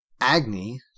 Agni